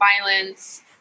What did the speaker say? violence